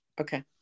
Okay